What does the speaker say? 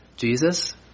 Jesus